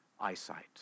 eyesight